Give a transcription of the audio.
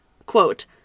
Quote